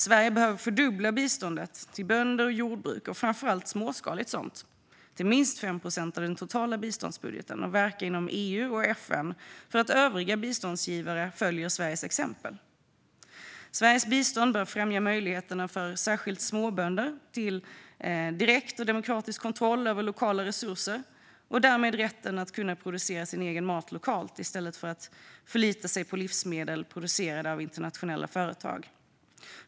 Sverige behöver fördubbla biståndet till bönder och jordbruk, framför allt småskaligt sådant, till minst 5 procent av den totala biståndsbudgeten och verka inom EU och FN för att övriga biståndsgivare ska följa Sveriges exempel. Sveriges bistånd bör främja möjligheterna för särskilt småbönder till direkt och demokratisk kontroll över lokala resurser och därmed rätt att kunna producera sin egen mat lokalt i stället för att förlita sig på livsmedel producerade av internationella företag.